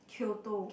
Kyoto